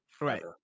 right